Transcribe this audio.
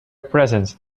presence